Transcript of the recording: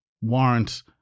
warrant